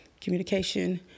Communication